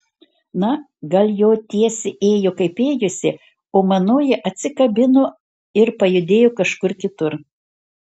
na gal jo tiesė ėjo kaip ėjusi o manoji atsikabino ir pajudėjo kažkur kitur